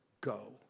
go